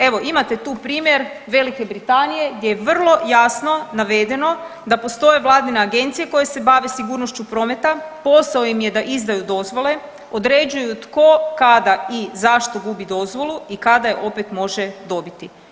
Evo imate tu primjer Velike Britanije gdje je vrlo jasno navedeno da postoji vladina agencija koja se bavi sigurnošću prometa, posao im je da izdaju dozvole, određuju tko, kada i zašto gubi dozvolu i kada je opet može dobiti.